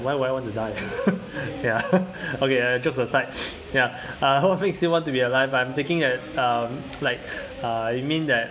why would I want to die ya okay jokes aside ya uh what was it makes me want to be alive I'm thinking that um like uh you mean that